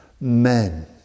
men